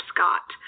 Scott